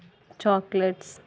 chocolates